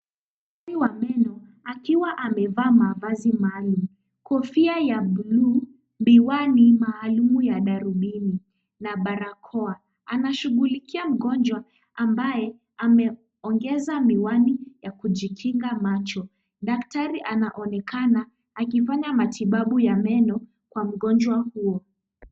Daktari wa meno akiwa amevaa mavazi maalum. Kofia ya bluu , miwani maalum ya darubini na barakoa . Anashugulikia mgonjwa ambaye ameongeza miwani ya kujikinga macho. Daktari anaonekana akifanya matibabu ya meno kwa mgonjwa huo.